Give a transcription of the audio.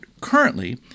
currently